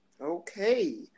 Okay